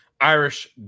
Irish